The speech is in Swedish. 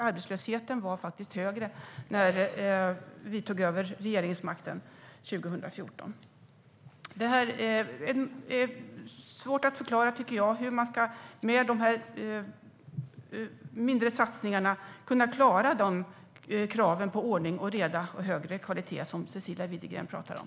Arbetslösheten var faktiskt högre när vi tog över regeringsmakten 2014. Det är svårt att förklara, tycker jag, hur man med dessa mindre satsningar ska kunna klara de krav på ordning och reda och på högre kvalitet som Cecilia Widegren pratar om.